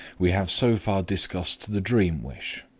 we have so far discussed the dream-wish,